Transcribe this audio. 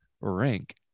rank